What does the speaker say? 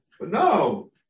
no